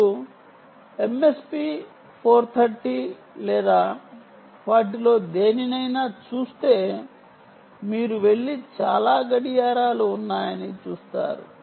మీరు MSP 430 లేదా వాటిలో దేనినైనా చూస్తే మీరు వెళ్లి చాలా క్లాక్ లు ఉన్నాయని చూస్తారు